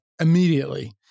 immediately